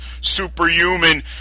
Superhuman